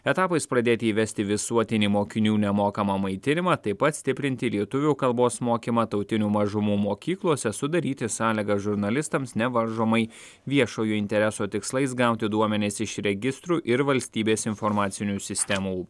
etapais pradėti įvesti visuotinį mokinių nemokamą maitinimą taip pat stiprinti lietuvių kalbos mokymą tautinių mažumų mokyklose sudaryti sąlygas žurnalistams nevaržomai viešojo intereso tikslais gauti duomenis iš registrų ir valstybės informacinių sistemų